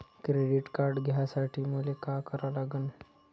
Credit card घ्यासाठी मले का करा लागन?